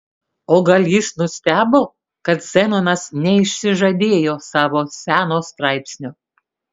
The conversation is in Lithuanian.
o gal jis nustebo kad zenonas neišsižadėjo savo seno straipsnio